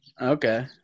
Okay